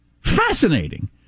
fascinating